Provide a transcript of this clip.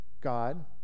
god